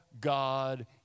God